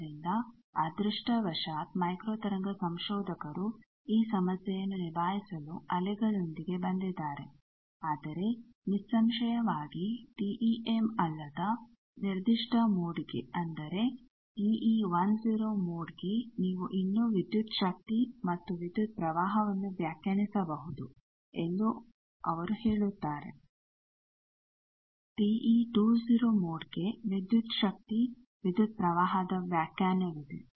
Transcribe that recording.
ಆದ್ದರಿಂದ ಆದ್ರೆಷ್ಟಾವಶಾತ್ ಮೈಕ್ರೋ ತರಂಗ ಸಂಶೋಧಕರು ಈ ಸಮಸ್ಯೆಯನ್ನು ನಿಭಾಯಿಸಲು ಅಲೆಗಳೊಂದಿಗೆ ಬಂದಿದ್ದಾರೆ ಆದರೆ ನಿಸ್ಸಂಶಯವಾಗಿ ಟಿಈಎಮ್ ಅಲ್ಲದ ನಿರ್ದಿಷ್ಟ ಮೋಡ್ಗೆ ಅಂದರೆ ಟಿಈ 10 ಮೋಡ್ಗೆ ನೀವು ಇನ್ನೂ ವಿದ್ಯುತ್ ಶಕ್ತಿ ಮತ್ತು ವಿದ್ಯುತ್ ಪ್ರವಾಹವನ್ನು ವ್ಯಾಖ್ಯಾನಿಸಬಹುದು ಎಂದು ಅವರು ಹೇಳುತ್ತಾರೆ ಟಿಈ 20 ಮೋಡ್ಗೆ ವಿದ್ಯುತ್ ಶಕ್ತಿ ವಿದ್ಯುತ್ ಪ್ರವಾಹದ ವ್ಯಾಖ್ಯಾನವಿದೆ